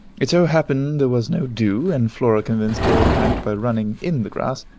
it so happened there was no dew, and flora convinced her of the fact by running in the grass,